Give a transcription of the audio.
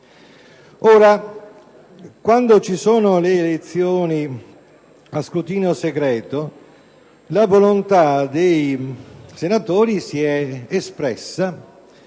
Ora, quando si svolgono le elezioni a scrutinio segreto, la volontà di senatori si esprime